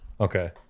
Okay